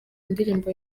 ndirimbo